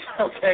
Okay